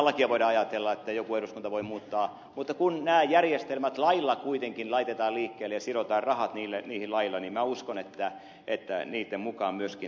ainahan voidaan ajatella että lakia joku eduskunta voi muuttaa mutta kun nämä järjestelmät lailla kuitenkin laitetaan liikkeelle ja sidotaan rahat niihin lailla niin minä uskon että niitten mukaan myöskin toimitaan